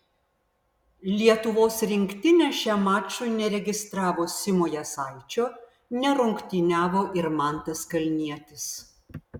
lietuvos rinktinė šiam mačui neregistravo simo jasaičio nerungtyniavo ir mantas kalnietis